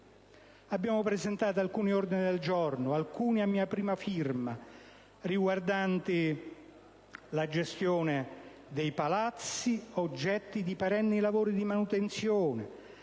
Abbiamo presentato alcuni ordini del giorno, alcuni a mia prima firma, riguardanti la gestione dei palazzi, oggetto di perenni lavori di manutenzione,